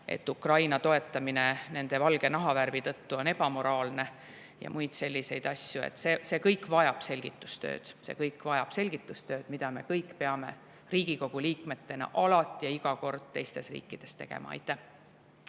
Ukraina toetamine nende valge nahavärvi tõttu on ebamoraalne, ja muid selliseid asju. See kõik vajab selgitustööd, mida me kõik Riigikogu liikmetena peame alati ja iga kord teistes riikides tegema.